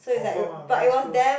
confirm ah primary school